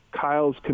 Kyle's